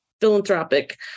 philanthropic